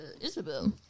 Isabel